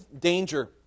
danger